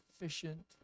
efficient